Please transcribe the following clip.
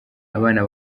abana